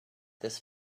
this